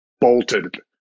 bolted